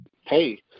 Hey